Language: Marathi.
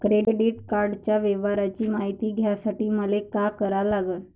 क्रेडिट कार्डाच्या व्यवहाराची मायती घ्यासाठी मले का करा लागन?